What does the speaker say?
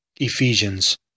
Ephesians